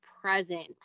present